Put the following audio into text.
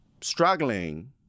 struggling